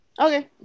Okay